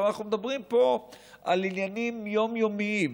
אנחנו מדברים פה על עניינים יומיומיים.